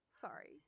Sorry